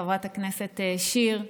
חברת הכנסת שיר,